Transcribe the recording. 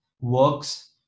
works